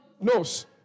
knows